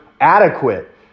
Adequate